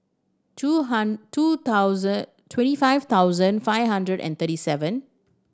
two two thousand twenty five thousand five hundred and thirty seven